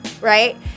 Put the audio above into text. right